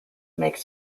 make